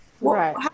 right